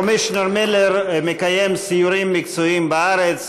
(מחיאות כפיים) Commissioner מילר מקיים סיורים מקצועיים בארץ.